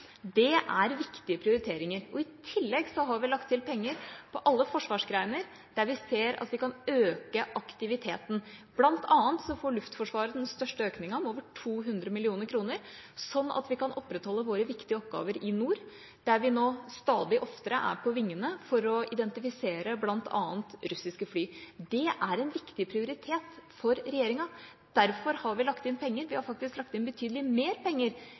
er viktige prioriteringer. I tillegg har vi lagt til penger på alle forsvarsgrener der vi ser at vi kan øke aktiviteten. Blant annet får Luftforsvaret den største økningen – med over 200 mill. kr – slik at vi kan opprettholde våre viktige oppgaver i nord, der vi nå stadig oftere er på vingene for å identifisere bl.a. russiske fly. Det er en viktig prioritet for regjeringa, og derfor har vi lagt inn penger. Vi har faktisk lagt inn betydelig mer penger